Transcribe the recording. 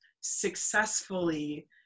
successfully